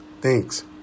Thanks